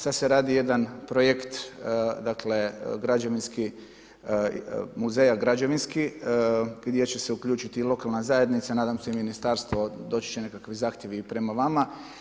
Sada se radi jedan projekt, dakle građevinski, muzeja građevinski gdje će se uključiti i lokalna zajednica, nadam se i ministarstvo, doći će i nekakvi zahtjevi i prema vama.